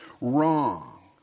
wrong